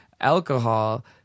Alcohol